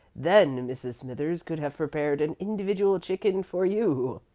then mrs. smithers could have prepared an individual chicken for you.